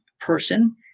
person